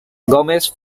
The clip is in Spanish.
gómez